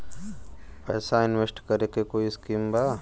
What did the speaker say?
पैसा इंवेस्ट करे के कोई स्कीम बा?